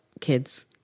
kids